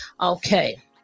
Okay